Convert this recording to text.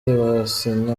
byasinye